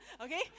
Okay